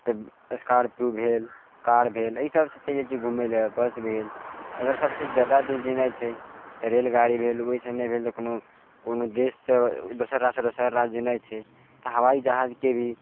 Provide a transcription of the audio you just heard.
तऽ स्कार्पियो भेल कार भेल अइ सबसँ चलि जाइ छियै घुमय लए बस भेल अगर सबसँ जादा दूर जेनाइ छै तऽ रेलगाड़ी भेल ओइसँ नहि भेल तऽ कोनो कोनो देशसे दोसर राज्यसे दोसर राज्य जेनाय छै तऽ हवाइ जहाज के भी